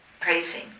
praising